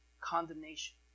condemnation